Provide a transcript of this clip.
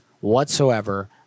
whatsoever